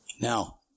Now